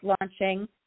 launching